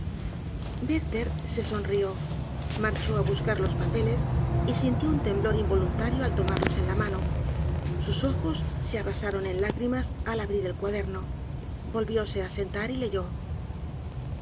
werther se sonrió marchó á buscar los papeles y sintió un temblor involuntario al tomarlos en la mano sus ojos se arrasaron en lágrimas al abrir el cuaderno volvióse á sentar y leyó